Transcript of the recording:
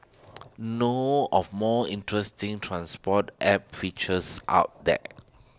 know of more interesting transport app features out there